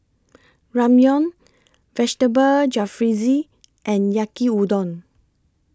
Ramyeon Vegetable Jalfrezi and Yaki Udon